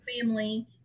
Family